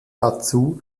dazu